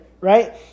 right